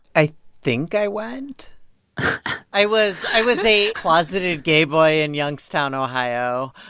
i think i went i was i was a closeted gay boy in youngstown, ohio.